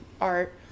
art